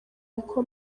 niko